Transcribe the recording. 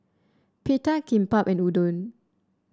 Pita Kimbap and Udon